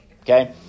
okay